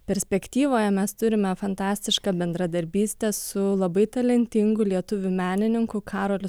perspektyvoje mes turime fantastišką bendradarbystę su labai talentingu lietuvių menininku karoliu